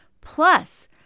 Plus